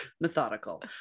methodical